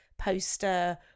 poster